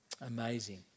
Amazing